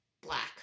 black